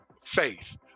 Faith